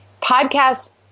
podcasts